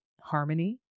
harmony